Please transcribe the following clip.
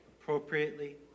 appropriately